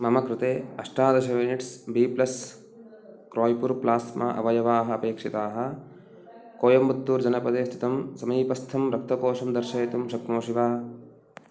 मम कृते अष्टादश units B plus cryopoor plasma अवयवाः अपेक्षिताः कोयम्बत्तूर् जनपदे स्तितं समीपस्थं रक्तकोषं दर्शयितुं शक्नोषि वा